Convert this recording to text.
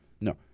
No